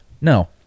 no